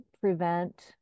prevent